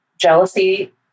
jealousy